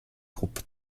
groupe